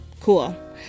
Cool